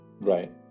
Right